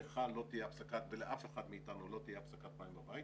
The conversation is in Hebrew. לך ולאף אחד מאיתנו לא תהיה הפסקת מים בבית